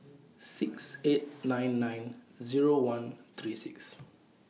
six eight nine nine Zero one three six